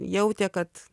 jautė kad